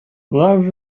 love